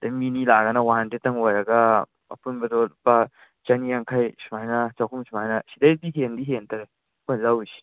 ꯑꯗꯒꯤ ꯃꯤ ꯑꯅꯤ ꯂꯥꯛꯑꯒꯅ ꯋꯥꯟ ꯍꯟꯗ꯭ꯔꯦꯗꯇꯪ ꯑꯣꯏꯔꯒ ꯑꯄꯨꯟꯕꯗꯣ ꯂꯨꯄꯥ ꯆꯅꯤ ꯌꯥꯡꯈꯩ ꯁꯨꯃꯥꯏꯅ ꯆꯍꯨꯝ ꯁꯨꯃꯥꯏꯅ ꯁꯤꯗꯩꯗꯤ ꯍꯦꯟꯗꯤ ꯍꯦꯟꯗ꯭ꯔꯦ ꯑꯩꯈꯣꯏ ꯂꯧꯔꯤꯁꯦ